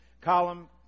column